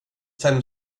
fem